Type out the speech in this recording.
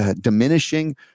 diminishing